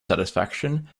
satisfaction